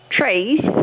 trees